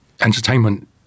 entertainment